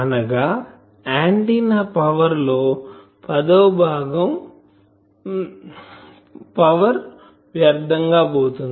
అనగా antenna power లో పదవ భాగం పవర్ వ్యర్థం గా పోతుంది